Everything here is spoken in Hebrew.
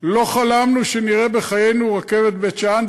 לא חלמנו שנראה בחיינו רכבת בבית-שאן.